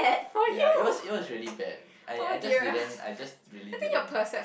yeah it was it was really bad I I just didn't I just really didn't